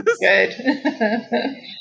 good